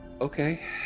okay